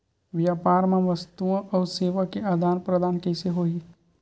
व्यापार मा वस्तुओ अउ सेवा के आदान प्रदान कइसे होही?